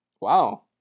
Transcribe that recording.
Wow